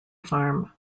farm